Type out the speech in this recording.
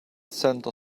center